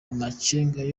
amakenga